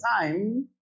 time